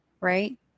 right